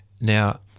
Now